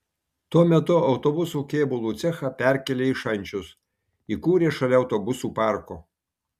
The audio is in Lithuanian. tuo metu autobusų kėbulų cechą perkėlė į šančius įkūrė šalia autobusų parko